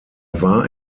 war